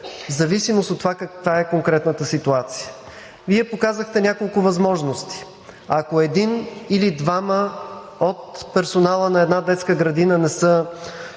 в зависимост от това каква е конкретната ситуация. Вие показахте няколко възможности. Ако един или двама от персонала на една детска градина не са